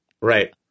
Right